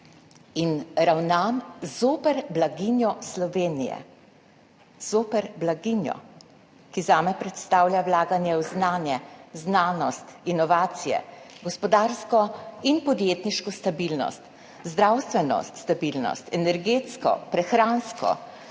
in ravnam zoper blaginjo Slovenije? Zoper blaginjo, ki zame predstavlja vlaganje v znanje, znanost, inovacije, gospodarsko in podjetniško stabilnost, zdravstveno stabilnost, energetsko, prehransko,